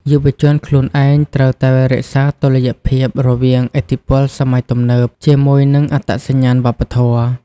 យុវជនខ្លួនឯងត្រូវតែរក្សាតុល្យភាពរវាងឥទ្ធិពលសម័យទំនើបជាមួយនឹងអត្តសញ្ញាណវប្បធម៌។